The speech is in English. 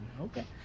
Okay